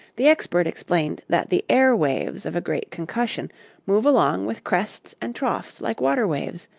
the expert explained that the air waves of a great concussion move along with crests and troughs like water waves,